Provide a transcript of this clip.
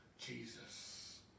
Jesus